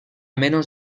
menos